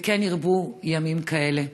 וכן ירבו ימים כאלה.